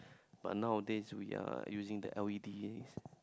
but nowadays we are using the L_E_D